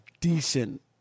decent